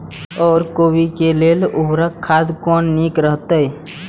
ओर कोबी के लेल उर्वरक खाद कोन नीक रहैत?